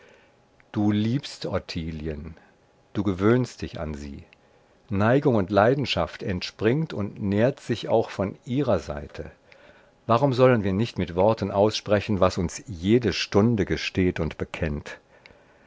du liebst ottilien du gewöhnst dich an sie neigung und leidenschaft entspringt und nährt sich auch von ihrer seite warum sollen wir nicht mit worten aussprechen was uns jede stunde gesteht und bekennt